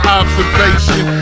observation